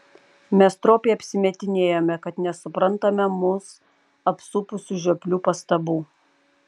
mes stropiai apsimetinėjome kad nesuprantame mus apsupusių žioplių pastabų